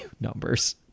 numbers